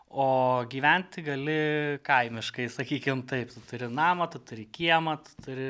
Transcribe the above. o gyventi gali kaimiškai sakykime taip tu turi namą tu turi kiemą turi